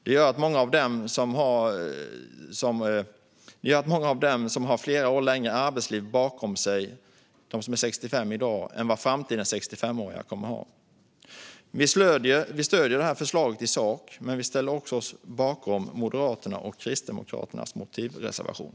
Det gör att många av dem som är 65 i dag har flera år längre arbetsliv bakom sig än vad framtidens 65-åringar kommer att ha. Vi stöder förslaget i sak, men vi ställer oss också bakom Moderaternas och Kristdemokraternas motivreservation.